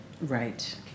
Right